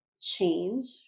change